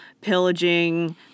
pillaging